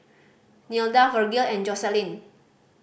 Nilda Virgil and Joselin